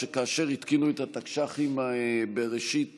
שכאשר התקינו את התקש"חים בראשית